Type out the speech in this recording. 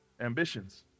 ambitions